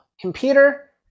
Computer